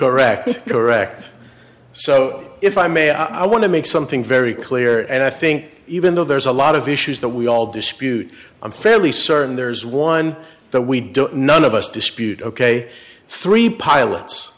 correct correct so if i may i want to make something very clear and i think even though there's a lot of issues that we all dispute i'm fairly certain there's one that we don't none of us dispute ok three pilots